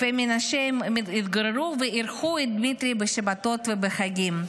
הם התגוררו באלפי מנשה ואירחו את דמיטרי בשבתות ובחגים.